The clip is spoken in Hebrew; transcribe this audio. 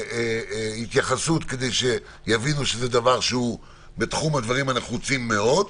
התייחסות כדי שיבינו שזה בתחום הדברים הנחוצים מאוד.